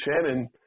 Shannon